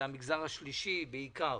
זה המגזר השלישי בעיקר,